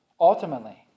Ultimately